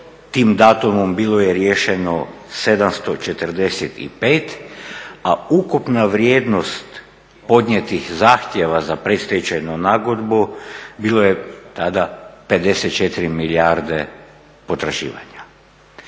Tim datumom bilo je riješeno 745, a ukupna vrijednost podnijetih zahtjeva za predstečajnu nagodbu bilo je tada 54 milijarde potraživanja.